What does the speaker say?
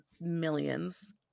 millions